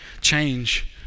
change